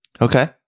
Okay